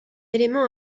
élément